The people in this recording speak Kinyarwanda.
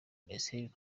minisiteri